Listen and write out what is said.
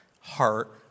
heart